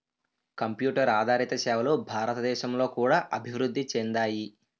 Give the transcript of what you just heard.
computer ఆదారిత సేవలు భారతదేశంలో కూడా అభివృద్ధి చెందాయి